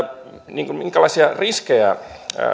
minkälaisia riskejä